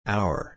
Hour